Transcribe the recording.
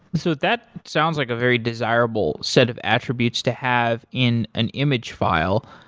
so that sounds like a very desirable set of attributes to have in an image file.